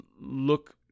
look